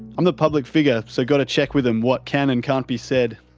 i'm the public figure so gotta check with em what can and can't be said.